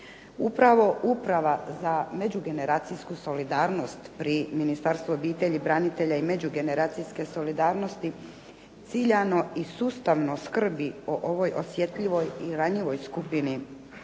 Upravo uprava za međugeneracijsku solidarnost pri Ministarstvu obitelji, branitelja i međugeneracijske solidarnosti ciljano i sustavno skrbi o ovoj osjetljivoj i ranjivoj skupini